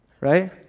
right